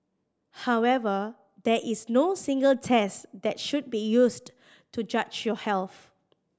however there is no single test that should be used to judge your health